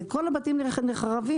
כל הבתים נחרבים.